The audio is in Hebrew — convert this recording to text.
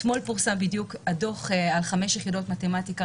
אתמול בדיוק פורסם הדוח על חמש יחידות מתמטיקה,